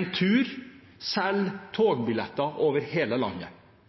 Entur selger togbilletter over hele landet.